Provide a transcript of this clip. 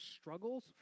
struggles